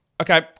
Okay